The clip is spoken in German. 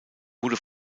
wurde